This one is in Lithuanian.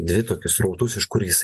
dvi tokius srautus iš kur jis